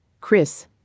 Chris